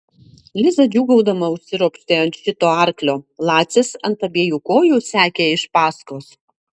liza džiūgaudama užsiropštė ant šito arklio lacis ant abiejų kojų sekė iš paskos